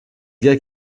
gars